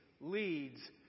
leads